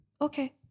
Okay